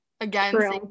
Again